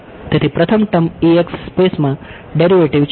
તેથી પ્રથમ ટર્મ સ્પેસમાં ડેરિવેટિવ છે